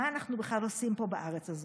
מה אנחנו בכלל עושים פה בארץ הזאת?